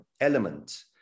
element